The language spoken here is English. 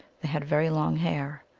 they had very long hair.